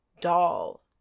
doll